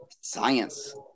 Science